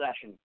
session